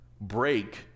break